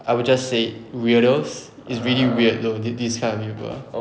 I will just say weirdos it's really weird though these these kind of people